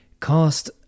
cast